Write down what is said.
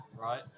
right